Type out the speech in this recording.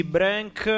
Brank